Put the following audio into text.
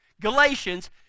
Galatians